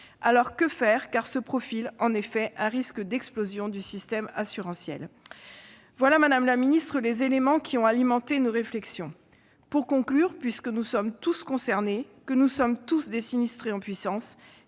Alors que faire quand se profile un risque d'explosion du système assurantiel ? Voilà, madame la secrétaire d'État, les éléments qui ont alimenté nos réflexions. Pour conclure, puisque nous sommes tous concernés, que nous sommes tous des sinistrés en puissance,